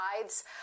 sides